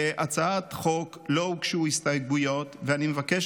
להצעת החוק לא הוגשו הסתייגויות ואני מבקש